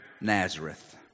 Nazareth